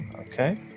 Okay